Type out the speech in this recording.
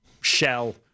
shell